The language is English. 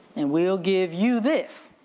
and we'll give you this.